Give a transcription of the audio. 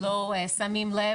לא שמים לב,